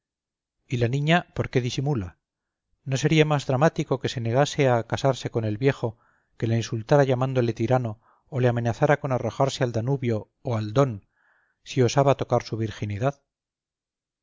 y la niña por qué disimula no sería más dramático que se negase a casarse con el viejo que le insultara llamándole tirano o le amenazara con arrojarse al danubio o al don si osaba tocar su virginidad